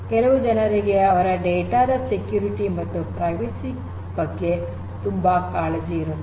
ಕೆಲವು ಜನರಿಗೆ ಅವರ ಡೇಟಾ ದ ಭದ್ರತೆ ಮತ್ತು ಪ್ರೈವಸಿ ಗೌಪ್ಯತೆ ಬಗ್ಗೆ ತುಂಬಾ ಕಾಳಜಿ ಇರುತ್ತದೆ